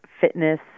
fitness